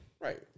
Right